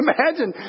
Imagine